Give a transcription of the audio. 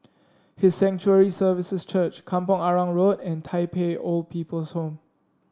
His Sanctuary Services Church Kampong Arang Road and Tai Pei Old People's Home